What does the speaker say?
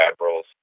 Admirals